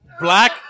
Black